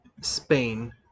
Spain